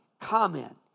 comment